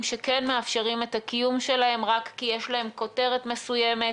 שכן מאפשרים את הקיום שלהם רק כי יש להם כותרת מסוימת,